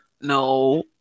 no